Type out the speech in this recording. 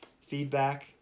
feedback